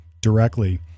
directly